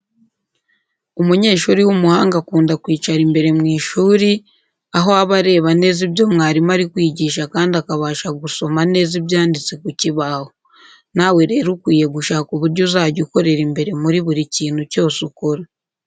Umunyeshuri w'umuhanga akunda kwicara imbere mu ishuri, aho aba areba neza ibyo mwarimu ari kwigisha kandi akabasha gusoma neza ibyanditse ku kibaho. Nawe rero ukwiye gushaka uburyo uzajya ukorera imbere muri buri kintu cyose ukora.